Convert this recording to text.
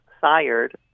sired